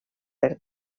per